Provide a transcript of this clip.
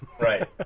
right